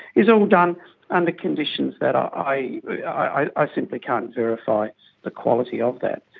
is all done under conditions that i i simply can't verify the quality of that.